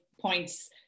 points